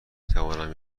توانم